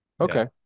Okay